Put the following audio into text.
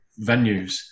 venues